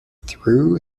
through